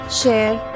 share